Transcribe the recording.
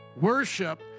Worship